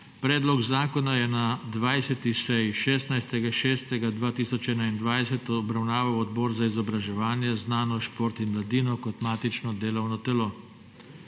Predlog zakona je na 20. seji 16. 6. 2021 obravnaval Odbor za izobraževanje, znanost, šport in mladino kot matično delovno telo.